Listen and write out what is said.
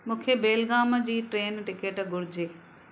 मूंखे बेलगाम जी train ticket घुरिजे